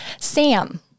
Sam